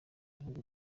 bihugu